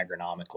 agronomically